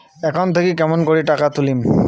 Account থাকি কেমন করি টাকা তুলিম?